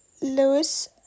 lewis